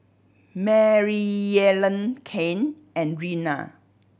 Maryellen Cain and Reina